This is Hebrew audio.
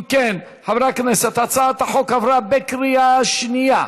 אם כן, חברי הכנסת, הצעת החוק עברה בקריאה שנייה.